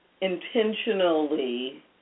intentionally